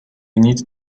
need